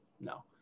No